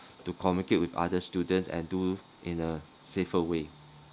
to communicate with other students and do in a safer way